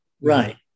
right